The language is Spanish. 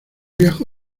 viajó